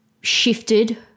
Shifted